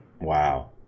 wow